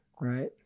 right